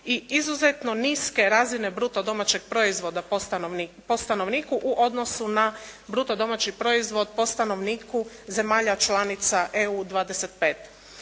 i izuzetno niske razine bruto domaćeg proizvoda po stanovniku u odnosu na bruto domaći proizvod po stanovniku zemalja članica EU 25.